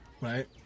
Right